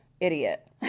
idiot